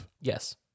yes